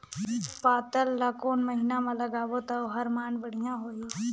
पातल ला कोन महीना मा लगाबो ता ओहार मान बेडिया होही?